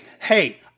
hey